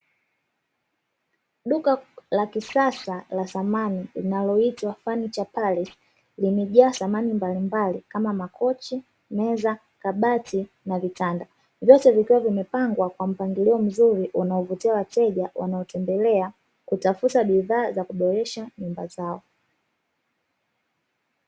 Duka la kisasa la samani linaloitwa "furniture palace", limejaa samani mbalimbali, kama; makochi, meza, kabati na vitanda, vyote vikiwa vimepangwa kwa mpangilio mzuri unaovutia wateja wanaotembelea kutafuta bidhaa za kuboresha nyumba zao.